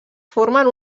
formen